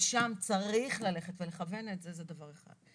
לשם צריך ללכת ולכוון את זה - זה דבר אחד.